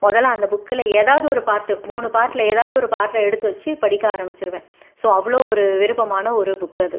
முதல்ல அந்த புக்கில் ஏதாது ஒரு பார்ட் மூணு பார்ட்டில் ஏதாது ஒரு பார்ட்டை எடுத்து வச்சு படிக்க ஆரம்பிச்சிடுவேன் ஸோ அவ்வளோ ஒரு விருப்பமான ஒரு புக் அது